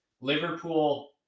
Liverpool